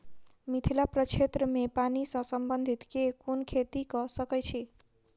मिथिला प्रक्षेत्र मे पानि सऽ संबंधित केँ कुन खेती कऽ सकै छी?